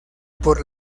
por